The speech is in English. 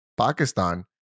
Pakistan